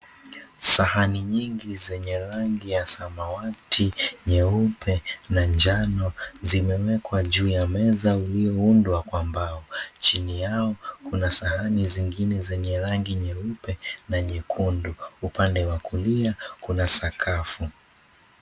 Sahani nyingi zenye rangi ya samawati, nyeupe na njano zimewekwa juu ya meza ulioundwa kwa mbao. Chini yao, kuna sahani zingine zenye rangi nyeupe na nyekundu. Upande wa kulia, kuna sakafu.